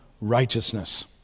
righteousness